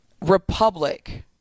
republic